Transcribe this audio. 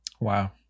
Wow